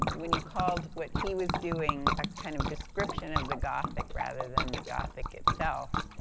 when you called what he was doing a kind of description of the gothic, rather than the gothic, itself,